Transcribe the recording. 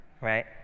right